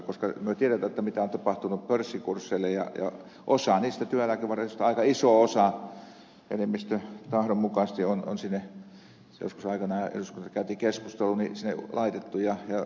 me tiedämme mitä on tapahtunut pörssikursseille ja aika iso osa niistä työeläkevaroista enemmistön tahdon mukaisesti on sinne joskus aikanaan eduskunnassa käytiin keskustelu laitettu